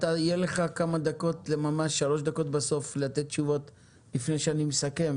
יהיו לך כמה דקות בסוף הדיון לענות תשובות לפני שאני אסכם,